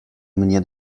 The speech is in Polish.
mnie